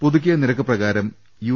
പുതുക്കിയ നിരക്ക് പ്രകാരം യു